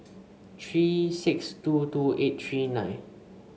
three six two two eight three nine